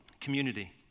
Community